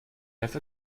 have